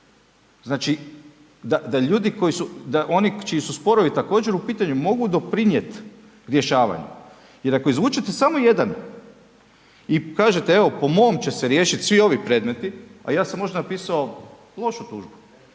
znači da ljudi koji su, da oni čiji su sporovi također u pitanju mogu doprinijet rješavanju, jer ako izvučete samo jedan i kažete evo po mom će se riješit svi ovi predmeti, a ja sam možda napisao lošu tužbu,